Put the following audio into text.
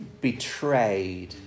betrayed